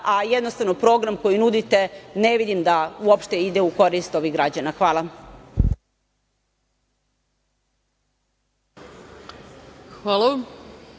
a jednostavno program koji nudite ne vidim da uopšte ide u korist ovih građana. Hvala.